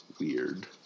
weird